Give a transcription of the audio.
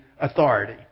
authority